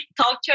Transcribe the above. culture